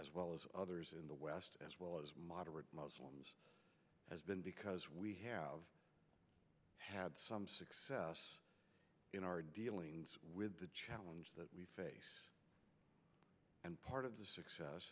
as well as others in the west as well as moderate muslims has been because we have had some success in our dealings with the challenges that we face and part of the success